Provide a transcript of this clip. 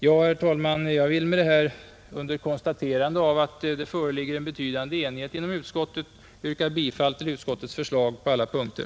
Jag vill med detta, herr talman, under konstaterande av en betydande enighet inom utskottet, yrka bifall till utskottets förslag på alla punkter.